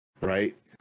right